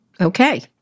Okay